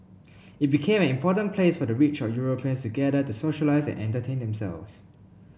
it became an important place for the rich or Europeans to gather to socialise and entertain themselves